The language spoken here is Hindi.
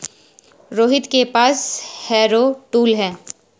रोहित के पास हैरो टूल है